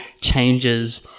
changes